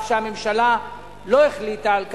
אף שהממשלה לא החליטה על כך,